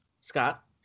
Scott